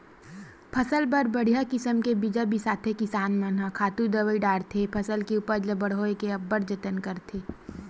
फसल बर बड़िहा किसम के बीजा बिसाथे किसान मन ह खातू दवई डारथे फसल के उपज ल बड़होए के अब्बड़ जतन करथे